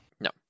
No